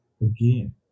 again